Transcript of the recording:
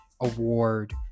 award